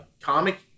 comic